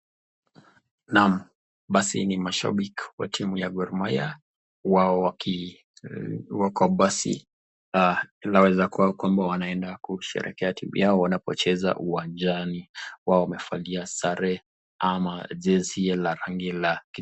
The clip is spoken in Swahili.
Naam! Basi ni mashabiki wa timu ya Gor Mahia, wao wakiwa kwa basi yaweza kuwa kwamba wanaenda kusherekea timu yao wanapocheza uwanajani, wao wamevalia sare ama jezi la rangi la kijani.